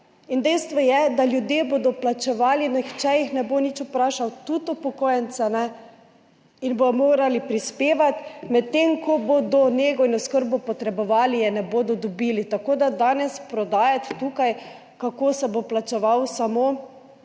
In dejstvo je, da ljudje bodo plačevali, nihče jih ne bo nič vprašal, tudi upokojence ne, in bodo morali prispevati, medtem ko bodo nego in oskrbo potrebovali, je ne bodo dobili. Tako da danes prodajati tukaj, kako se bo plačeval samo